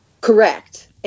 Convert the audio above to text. Correct